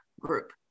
group